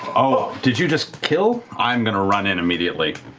ah did you just kill? i'm going to run in immediately.